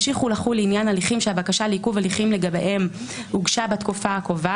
ואם הוארכה התקופה לפי חוק זה,